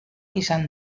izan